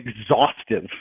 exhaustive